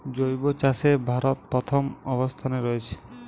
জৈব চাষে ভারত প্রথম অবস্থানে রয়েছে